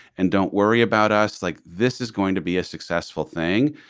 and don't worry about us like this is going to be a successful thing.